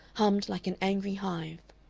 hummed like an angry hive.